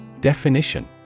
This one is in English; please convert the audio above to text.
Definition